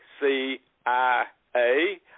C-I-A